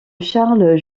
charles